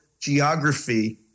geography